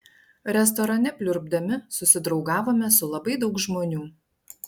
restorane pliurpdami susidraugavome su labai daug žmonių